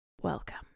Welcome